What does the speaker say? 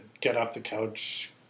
get-off-the-couch